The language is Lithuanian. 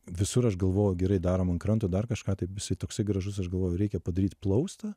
visur aš galvojau gerai darom ant kranto dar kažką taip jisai toksai gražus aš galvoju reikia padaryt plaustą